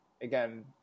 again